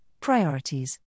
priorities